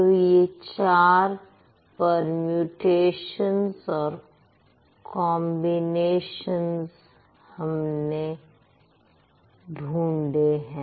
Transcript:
तो ये ४ परम्यूटेशंस और कॉम्बिनेशन्स हमने ढूंढे हैं